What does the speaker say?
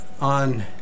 on